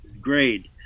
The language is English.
grade